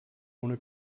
ohne